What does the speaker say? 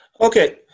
Okay